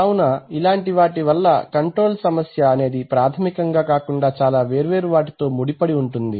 కావున ఇలాంటి వాటి వలన కంట్రోల్ సమస్య అనేది ప్రాథమికముగా కాకుండా చాలా వేర్వేరు వాటితో ముడిపడి ఉంటుంది